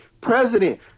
president